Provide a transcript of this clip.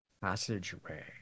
passageway